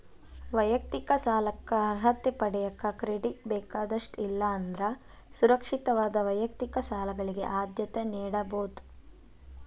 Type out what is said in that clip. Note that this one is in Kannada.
ವೈಯಕ್ತಿಕ ಸಾಲಕ್ಕ ಅರ್ಹತೆ ಪಡೆಯಕ ಕ್ರೆಡಿಟ್ ಬೇಕಾದಷ್ಟ ಇಲ್ಲಾ ಅಂದ್ರ ಸುರಕ್ಷಿತವಾದ ವೈಯಕ್ತಿಕ ಸಾಲಗಳಿಗೆ ಆದ್ಯತೆ ನೇಡಬೋದ್